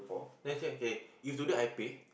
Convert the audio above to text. let's say okay if today I pay